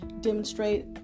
demonstrate